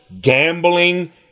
gambling